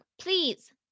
please